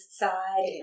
side